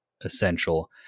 essential